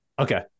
Okay